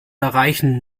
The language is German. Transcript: erreichen